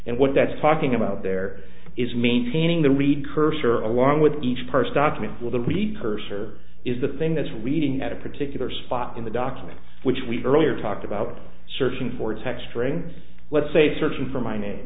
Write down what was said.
and what that's talking about there is maintaining the read cursor along with each person document with a weak person or is the thing that's reading at a particular spot in the document which we earlier talked about searching for texturing let's say searching for my name